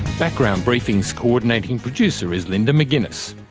background briefing's coordinating producer is linda mcginness,